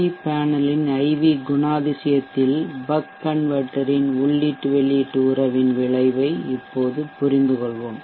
we பேனலின் IV குணாதிசயத்தில் buck கன்வெர்ட்டர்யின் உள்ளீட்டு வெளியீட்டு உறவின் விளைவை இப்போது புரிந்துகொள்வோம்